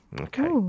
Okay